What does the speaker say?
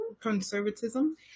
conservatism